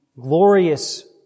glorious